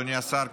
אדוני השר,